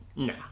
No